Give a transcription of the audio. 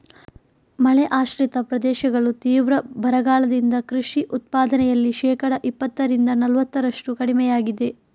ಮಳೆ ಆಶ್ರಿತ ಪ್ರದೇಶಗಳು ತೀವ್ರ ಬರಗಾಲದಿಂದ ಕೃಷಿ ಉತ್ಪಾದನೆಯಲ್ಲಿ ಶೇಕಡಾ ಇಪ್ಪತ್ತರಿಂದ ನಲವತ್ತರಷ್ಟು ಕಡಿಮೆಯಾಗಿದೆ